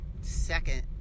Second